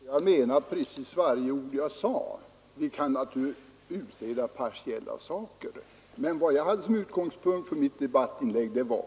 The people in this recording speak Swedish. Herr talman! Jo, jag menar precis varje ord jag sade! Vi kan naturligtvis utreda partiella frågor, men utgångspunkten för mitt debattinlägg var